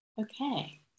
Okay